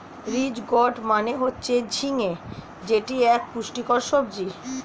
ridge gourd মানে হচ্ছে ঝিঙ্গা যেটি এক পুষ্টিকর সবজি